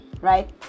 right